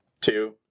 Two